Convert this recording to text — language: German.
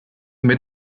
mit